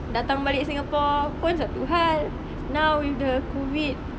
datang balik singapore pun satu hal now with the COVID